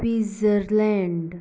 Switzerland